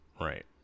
Right